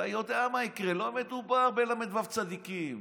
אתה יודע מה יקרה, לא מדובר בל"ו צדיקים.